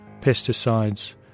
pesticides